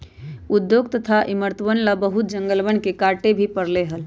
उद्योग तथा इमरतवन ला बहुत जंगलवन के काटे भी पड़ले हल